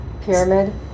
Pyramid